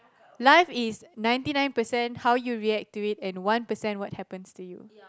life is ninety nine percent how you react to it and one percent what happens to you